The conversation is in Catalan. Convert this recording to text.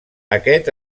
aquest